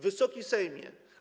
Wysoki Sejmie!